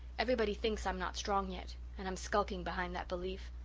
everybody thinks i'm not strong yet and i'm skulking behind that belief.